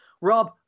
Rob